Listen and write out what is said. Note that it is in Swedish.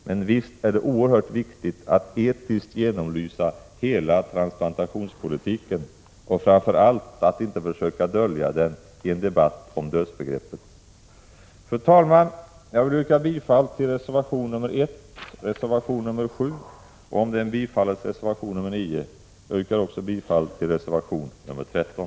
Men visst är det oerhört viktigt att etiskt genomlysa hela transplantationspolitiken, och framför allt att inte försöka dölja den i en debatt om dödsbegreppet. Fru talman! Jag vill yrka bifall till reservation nr 1, reservation nr 7 och, om denna bifalls, reservation nr 9. Jag yrkar också bifall till reservation nr 13.